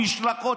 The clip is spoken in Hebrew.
משלחות,